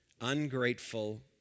ungrateful